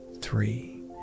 three